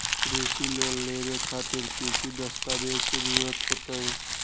कृषि लोन लेबे खातिर की की दस्तावेज के जरूरत होतई?